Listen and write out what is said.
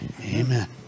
Amen